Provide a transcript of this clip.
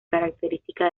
característica